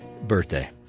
birthday